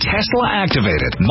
Tesla-activated